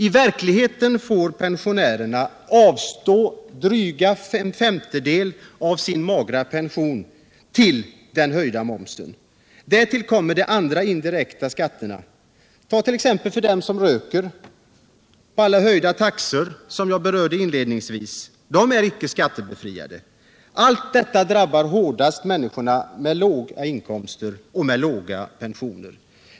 I verkligheten får pensionärerna avstå drygt en femtedel av sin magra pension till den höjda momsen. Därtill kommer de andra indirekta skatterna, t.ex. tobaksbeskattningen för dem som röker. Tänk också på alla höjda taxor, som jag berörde inledningsvis — där medges ingen befrielse för pensionärer. Allt detta drabbar hårdast människor med låga inkomster eller små pensioner.